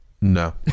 No